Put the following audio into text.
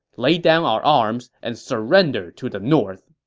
lay down our arms and surrender to the north!